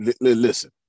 Listen